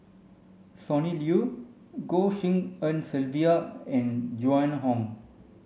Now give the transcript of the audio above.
Sonny Liew Goh Tshin En Sylvia and Joan Hon